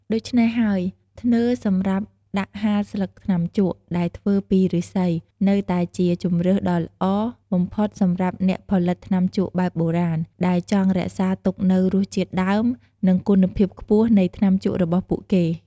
ដូច្នេះហើយ ធ្នើរសម្រាប់ដាក់ហាលស្លឹកថ្នាំជក់ដែលធ្វើពីឬស្សី នៅតែជាជម្រើសដ៏ល្អបំផុតសម្រាប់អ្នកផលិតថ្នាំជក់បែបបុរាណ ដែលចង់រក្សាទុកនូវរសជាតិដើម និងគុណភាពខ្ពស់នៃថ្នាំជក់របស់ពួកគេ។